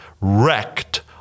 wrecked